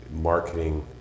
marketing